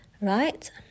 right